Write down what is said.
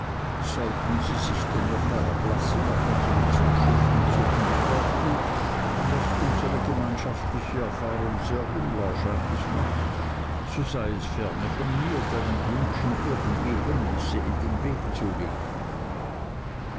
sollten sie sich dennoch herablassen auf unsere zuschriften zu antworten was unsere gemeinschaftliche erfahrung sehr unwahrscheinlich macht so sei es ferne von mir deinen wünschen irgendwie hemmnisse in den weg zu legen